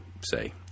say